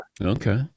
Okay